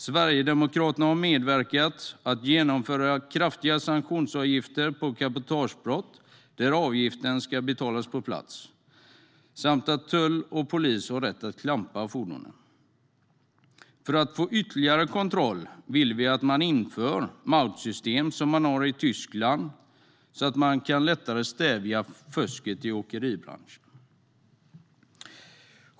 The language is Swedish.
Sverigedemokraterna har medverkat till att genomföra kraftiga sanktionsavgifter på cabotagebrott, där avgiften ska betalas på plats, samt till att tull och polis har rätt att klampa fordonet. För att få ytterligare kontroll vill vi att man inför Maut-system, som finns i Tyskland, så att man lättare kan stävja fusket i åkeribranschen.